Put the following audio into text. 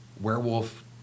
werewolf